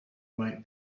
might